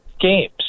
games